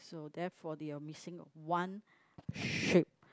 so therefore they are missing one sheep